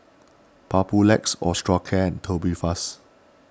Papulex Osteocare and Tubifast